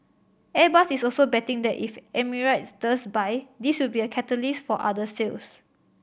Airbus is also betting that if Emirates does buy this will be a catalyst for other sales